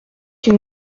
une